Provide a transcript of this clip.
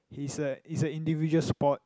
is a is a individual sport